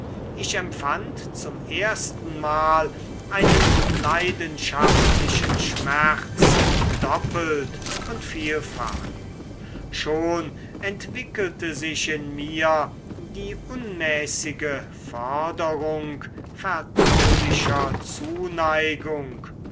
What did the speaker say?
ich empfand zum erstenmal einen leidenschaftlichen schmerz doppelt und vielfach schon entwickelte sich in mir die unmäßige forderung vertraulicher zuneigung